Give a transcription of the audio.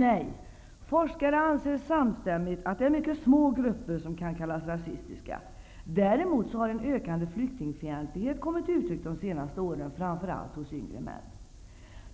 Nej! Forskare anser samstämmigt att det är mycket små grupper som kan kallas rasistiska. Däremot har en ökande flyktingfientlighet kommit till uttryck de senaste åren -- framför allt hos yngre män.